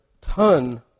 ton